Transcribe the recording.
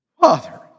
Father